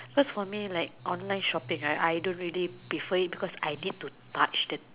cause for me like online shopping right I don't really prefer it because I need to touch